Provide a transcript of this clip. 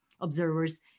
observers